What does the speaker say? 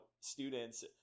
students